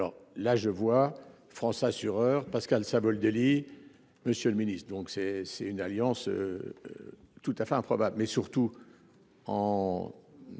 Alors là je vois France assureurs Pascal Savoldelli, Monsieur le Ministre. Donc c'est c'est une alliance. Tout à fait improbable mais surtout. En.